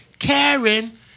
Karen